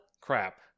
crap